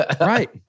right